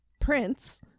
Prince